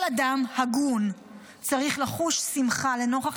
כל אדם הגון צריך לחוש שמחה לנוכח